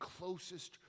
closest